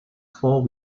four